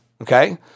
okay